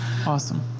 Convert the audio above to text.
awesome